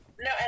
No